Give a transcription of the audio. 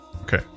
Okay